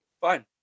fine